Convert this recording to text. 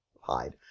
hide